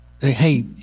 hey